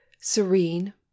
Serene